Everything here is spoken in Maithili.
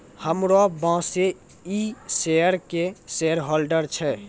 हमरो बॉसे इ शेयर के शेयरहोल्डर छै